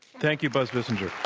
thank you, buzz bissinger.